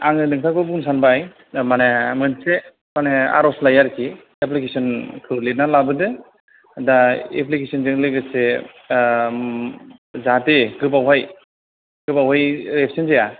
आङो नोंथांखौ बुंनो सानबाय दा मोनसे माने आरजलाइ आरोखि एप्लिकेसनखौ लिरनानै लाबोदो दा एप्लिकेसनजों लोगोसे जाहाथे गोबाव हाय गोबावयै एबसेन जाया